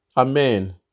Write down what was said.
Amen